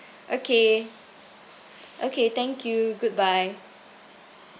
okay okay thank you goodbye